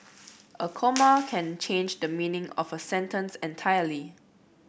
a comma can change the meaning of a sentence entirely